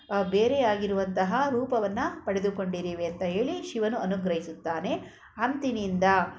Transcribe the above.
ಬೇರೆಯಾಗಿರುವಂತಹ ರೂಪವನ್ನು ಪಡೆದುಕೊಂಡಿರುವೆ ಅಂತ ಹೇಳಿ ಶಿವನು ಅನುಗ್ರಹಿಸುತ್ತಾನೆ ಅಂದಿನಿಂದ